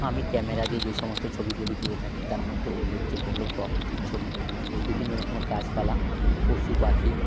আমি ক্যামেরা দিয়ে যেই সমস্ত ছবিগুলি তুলে থাকি তার মধ্যে উল্লেখযোগ্য হল প্রকৃতির ছবি বিভিন্ন রকম গাছপালা পশু পাখি